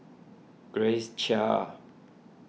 Grace Chia